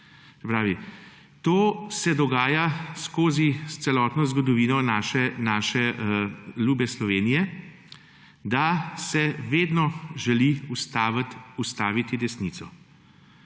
to se dogaja skozi celotno zgodovino naše ljube Slovenije, da se vedno želi ustaviti desnico.